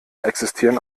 existieren